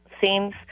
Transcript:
seems